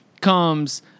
comes